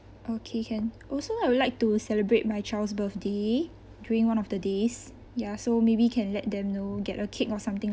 okay can also I would like to celebrate my child's birthday during one of the days ya so maybe can let them know get a cake or something